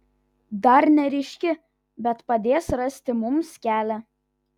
dar neryški bet padės rasti mums kelią